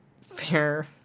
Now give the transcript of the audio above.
fair